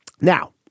Now